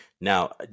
Now